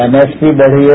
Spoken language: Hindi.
एमएमपी बढ़ी है